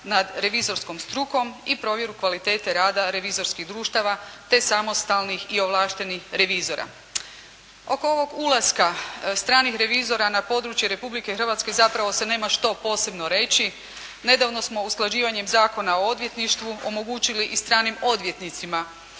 nad revizorskom strukom i provjeru kvalitete rada revizorskih društava te samostalnih i ovlaštenih revizora. Oko ovog ulaska stranih revizora na područje Republike Hrvatske zapravo se nema što posebno reći. Nedavno smo usklađivanjem Zakona o odvjetništvu omogućili i stranim odvjetnicima